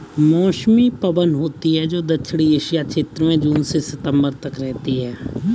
मौसमी पवन होती हैं, जो दक्षिणी एशिया क्षेत्र में जून से सितंबर तक रहती है